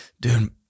Dude